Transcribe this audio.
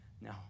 No